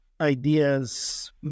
ideas